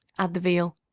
add the veal.